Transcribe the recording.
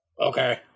okay